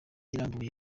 irambuye